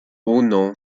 uno